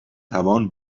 توان